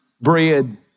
bread